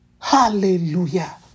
Hallelujah